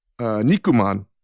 Nikuman